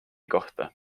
kohta